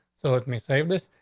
so let me say this,